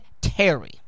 Terry